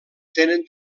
tenen